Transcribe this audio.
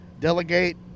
Delegate